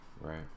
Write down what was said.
right